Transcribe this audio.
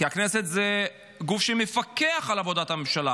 כי הכנסת היא גוף שמפקח על עבודת הממשלה.